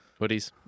Hoodies